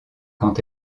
quand